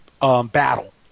battle